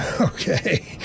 okay